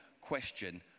question